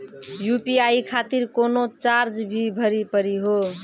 UPI खातिर कोनो charge भी भरी पड़ी हो?